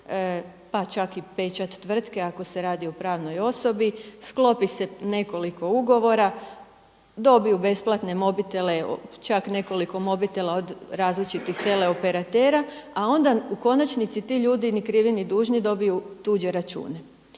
pa čak i pečat tvrtke ako se radi o pravnoj osobi. Sklopi se nekoliko ugovora, dobiju besplatne mobitele čak nekoliko mobitela od različitih tele operatera, a onda u konačnici ti ljudi ni krivi ni dužni dobiju tuđe račune.